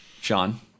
Sean